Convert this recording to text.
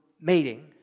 mating